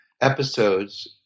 episodes